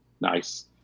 nice